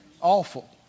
Awful